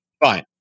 Fine